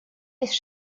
есть